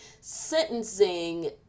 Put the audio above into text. sentencing